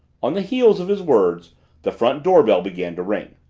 on the heels of his words the front door bell began to ring.